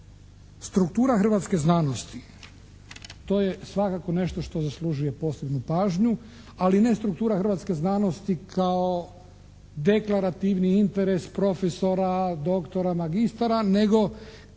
Struktura hrvatske znanosti to je svakako nešto što zaslužuje posebnu pažnju, ali ne struktura hrvatske znanosti kao deklarativni interes profesora, doktora, magistara nego